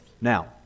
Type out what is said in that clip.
Now